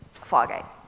Fargate